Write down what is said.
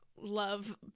love